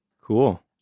Cool